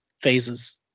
phases